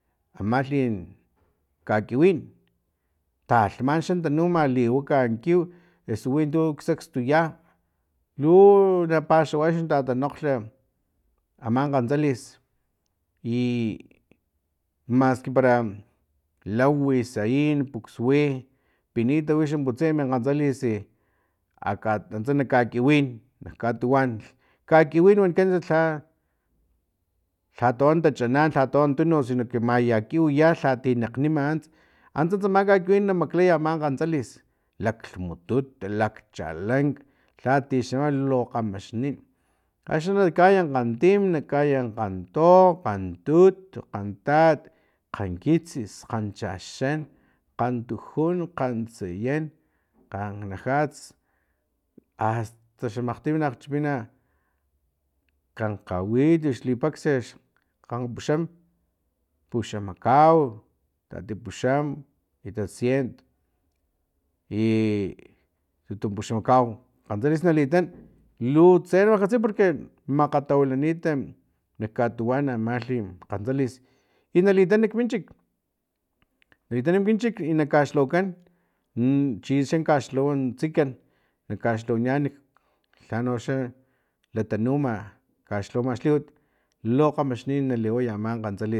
Amalhi kakiwin talhma xa tanuma liwaka kiw eso wi tu xsakstu ya luuunapaxaway axni tatanakglhti aman kgantsalis i maski para lawi sayin puks wipinita wixam putsay min kgantsalis antsa nak kakiwin nak katuwan kakiwin wanikan antsa lha lhatuanan tachanan lhatoanan tununk sino que maya kiw ya lhati nakgnima ants antsa tsama kakiwin na maklay ama kgantsalis laklhmutut lakchalank lhati xama lu kgamaxnin axni ka kgayan kgantim na kaya kganto kgantut kgantat kgankitsis kganchixan kgantujun kgantsayan kganajats asta xamakgtim na makgchipina kgankgawit xlipaxa kgampuxam puxamakau tatipuxam itatcient i tutunpuxamakau kgantsalis na litan lu tse na makgkatsiy porque makgatawilanit nak katuwan amalhi kgantsalis i nalitan nak munchik na litana kminchik i na kaxlhawakan n chixan kaxlhawa tsikan na kaxlhawaniyan lhano xalatanuma kaxlhawama xliwat lo kgamaxnin naliwaya ama kgantsalis